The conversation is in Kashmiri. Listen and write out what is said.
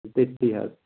تٔتھی حظ